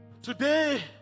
Today